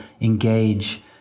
engage